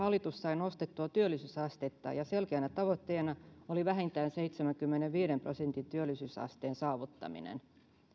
hallitus sai nostettua työllisyysastetta ja selkeänä tavoitteena oli vähintään seitsemänkymmenenviiden prosentin työllisyysasteen saavuttaminen